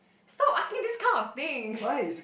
stop asking these kind of things